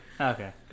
Okay